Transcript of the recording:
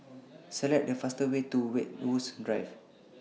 Select The fastest Way to Westwood Drive